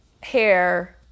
hair